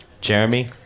Jeremy